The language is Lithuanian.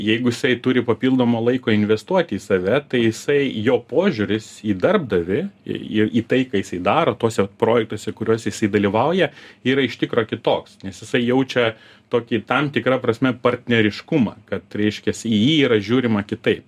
jeigu jisai turi papildomo laiko investuoti į save tai jisai jo požiūris į darbdavį į į tai ką jisai daro tuose vat projektuose kuriuos jisai dalyvauja yra iš tikro kitoks nes jisai jaučia tokį tam tikra prasme partneriškumą kad reiškias į jį yra žiūrima kitaip